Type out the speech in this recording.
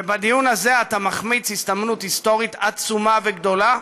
ובדיון הזה אתה מחמיץ הזדמנות היסטורית עצומה וגדולה.